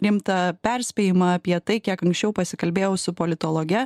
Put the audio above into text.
rimtą perspėjimą apie tai kiek anksčiau pasikalbėjau su politologe